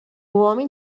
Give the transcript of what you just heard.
homem